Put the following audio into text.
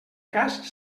cas